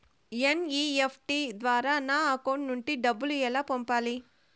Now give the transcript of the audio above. NEFT ద్వారా నా account నుండి డబ్బులు ఎలా పంపాలి